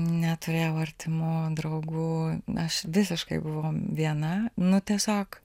neturėjau artimų draugų aš visiškai buvau viena nu tiesiog